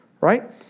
right